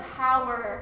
power